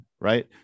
Right